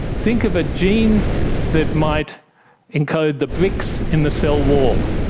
think of a gene that might encode the bricks in the cell wall,